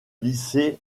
lycée